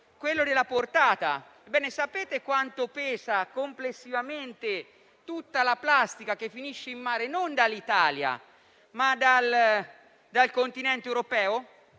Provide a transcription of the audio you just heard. riferisco alla portata. Sapete quanto pesa complessivamente tutta la plastica che finisce in mare non dall'Italia, ma dal continente europeo?